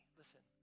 listen